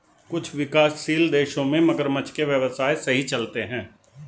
कुछ विकासशील देशों में मगरमच्छ के व्यवसाय सही चलते हैं